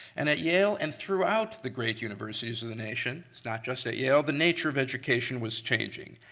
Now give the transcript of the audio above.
and at yale and throughout the great universities of the nation, not just at yale, the nature of education was changing.